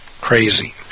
Crazy